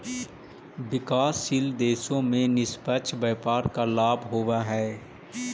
विकासशील देशों में निष्पक्ष व्यापार का लाभ होवअ हई